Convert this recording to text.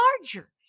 larger